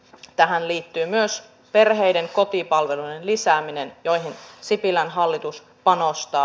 tähän liittyy myös perheiden kotipalveluiden lisääminen joihin sipilän hallitus panostaa